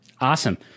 Awesome